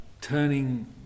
turning